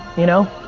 you know,